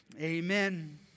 amen